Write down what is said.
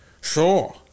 Sure